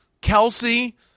Kelsey